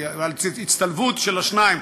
הצטלבות של השניים,